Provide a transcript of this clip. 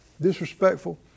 disrespectful